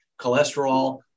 Cholesterol